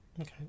Okay